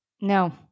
no